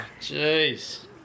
jeez